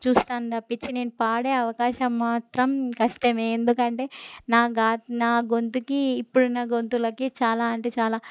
చూస్తాను తప్పించి నేను పాడే అవకాశం మాత్రం కష్టమే ఎందుకంటే నా గా నా గొంతుకి ఇప్పుడున్న గొంతులకి చాలా అంటే చాలా